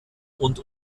und